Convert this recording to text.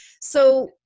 So-